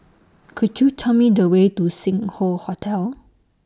Could YOU Tell Me The Way to Sing Hoe Hotel